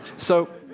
so,